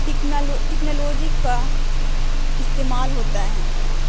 ٹکنالو technology کا استعمال ہوتا ہے